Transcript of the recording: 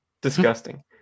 disgusting